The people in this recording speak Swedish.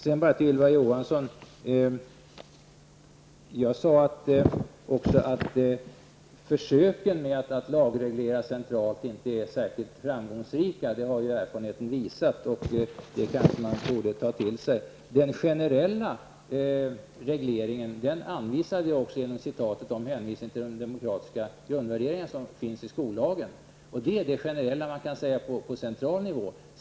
Jag sade, Ylva Johansson, att försöken att lagreglera centralt inte varit särskilt framgångsrika. Det har erfarenheten visat, och det borde man kanske ta till sig. Den generella regleringen hänvisade jag till genom citatet ur skollagen om de demokratiska grundvärderingarna. Det är det generella man kan säga centralt.